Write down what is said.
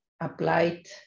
applied